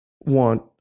want